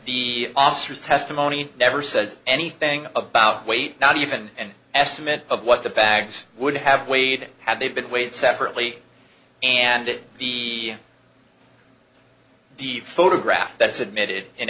the officers testimony never says anything about weight not even an estimate of what the bags would have weighed had they been weighed separately and it be the photograph that is admitted in